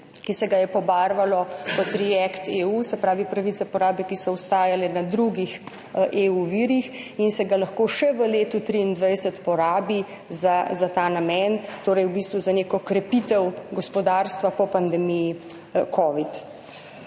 krize pobarvalo kot React-EU, se pravi, pravice porabe, ki so ostajale na drugih virih EU, in se ga lahko še v letu 2023 porabi za ta namen, torej v bistvu za neko krepitev gospodarstva po pandemiji covid.